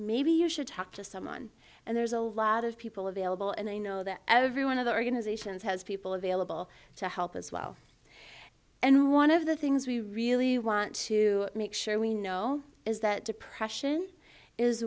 maybe you should talk to someone and there's a lot of people available and they know that every one of the organizations has people available to help as well and one of the things we really want to make sure we know is that depression is